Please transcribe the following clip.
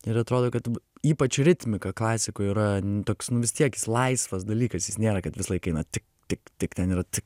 ir atrodo kad ypač ritmika klasikoj yra toks nu vistiek jis laisvas dalykas jis nėra kad visą laiką eina tik tik tik ten yra tik